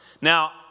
now